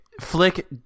Flick